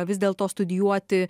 vis dėlto studijuoti